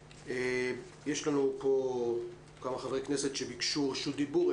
יש לנו כמה חברי כנסת שביקשו רשות דיבור.